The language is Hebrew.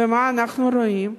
ומה אנחנו רואים?